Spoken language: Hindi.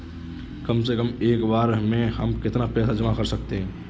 कम से कम एक बार में हम कितना पैसा जमा कर सकते हैं?